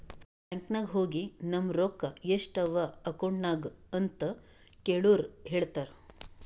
bank ನಾಗ್ ಹೋಗಿ ನಮ್ ರೊಕ್ಕಾ ಎಸ್ಟ್ ಅವಾ ಅಕೌಂಟ್ನಾಗ್ ಅಂತ್ ಕೇಳುರ್ ಹೇಳ್ತಾರ್